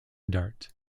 dart